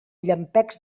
llampecs